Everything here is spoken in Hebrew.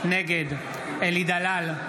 נגד אלי דלל,